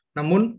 Namun